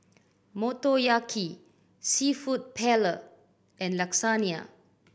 Motoyaki Seafood Paella and Lasagne